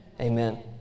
Amen